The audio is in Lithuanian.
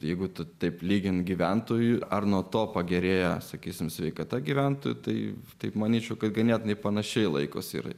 jeigu tu taip lyginti gyventojų ar nuo to pagerėja sakysime sveikata gyventų tai taip manyčiau kad ganėtinai panašiai laikosi ir